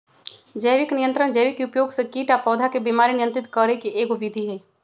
जैविक नियंत्रण जैविक उपयोग से कीट आ पौधा के बीमारी नियंत्रित करे के एगो विधि हई